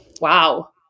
wow